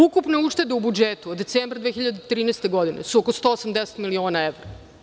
Ukupna ušteda u budžetu od decembra 2013. godine je oko 180 miliona evra.